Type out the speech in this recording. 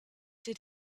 did